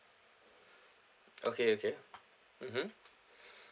okay okay mmhmm